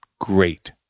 Great